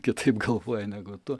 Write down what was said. kitaip galvoja negu tu